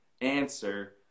answer